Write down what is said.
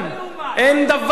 אין דבר כזה.